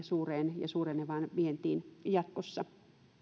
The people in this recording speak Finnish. suureen ja suurenevaan vientiin jatkossa